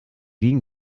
wien